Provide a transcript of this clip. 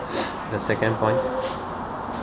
the second point